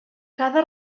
cada